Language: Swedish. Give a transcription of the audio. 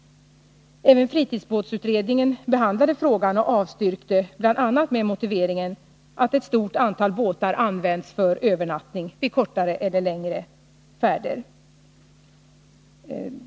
Även fritidsbåtsutredningen behandlade frågan och avstyrkte, bl.a. med motiveringen att ett stort antal båtar används för övernattning vid kortare eller längre färder.